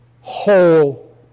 whole